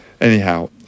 Anyhow